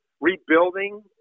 rebuilding